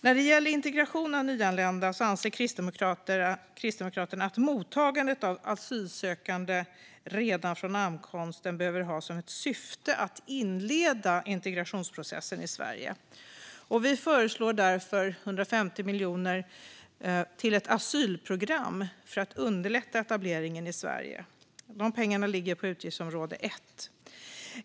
När det gäller integration av nyanlända anser Kristdemokraterna att mottagandet av asylsökande redan från ankomsten behöver ha som ett syfte att inleda integrationsprocessen i Sverige. Vi föreslår därför 150 miljoner till ett asylprogram för att underlätta etableringen i Sverige. De pengarna ligger på utgiftsområde 1.